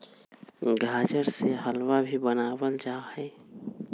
गाजर से हलवा भी बनावल जाहई